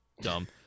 dumb